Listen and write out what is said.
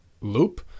loop